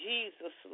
Jesus